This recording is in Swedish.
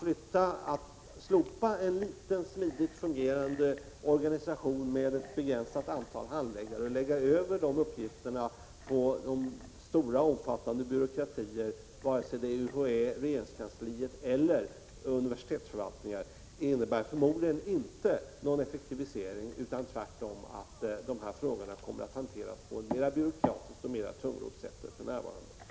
Att slopa en liten, smidigt fungerande organisation som har ett begränsat antal handläggare för att i stället lägga över uppgifterna på omfattande byråkratier, vare sig det är fråga om UHÄ, regeringskansliet eller universitetsförvaltningar, innebär förmodligen inte någon effektivisering. Tvärtom kommer de här frågorna i så fall att hanteras på ett mera byråkratiskt och mera tungrott sätt än som för närvarande är fallet.